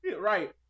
Right